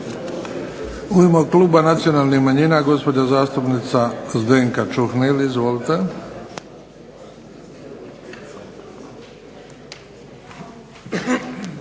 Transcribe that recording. U ime Kluba nacionalnih manjina gospođa zastupnica Zdenka Čuhnil, izvolite.